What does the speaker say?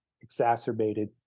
exacerbated